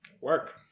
Work